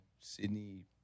Sydney